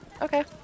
Okay